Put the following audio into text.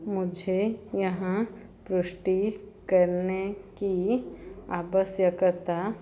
मुझे यहाँ पुष्टि करने की आवश्यकता